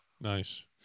Nice